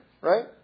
right